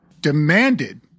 demanded